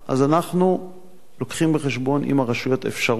אז אנחנו מביאים בחשבון עם הרשויות אפשרות